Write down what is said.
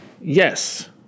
yes